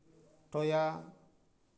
ᱴᱚᱭᱟ